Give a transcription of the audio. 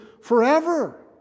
forever